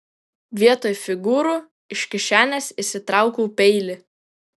vietoj figūrų iš kišenės išsitraukiau peilį